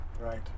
Right